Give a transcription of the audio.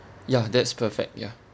ya that's perfect ya